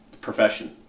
profession